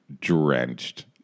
drenched